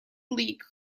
league